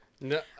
No